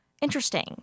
Interesting